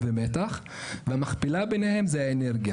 אני מתחיל להבין אותך.